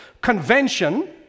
convention